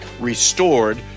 restored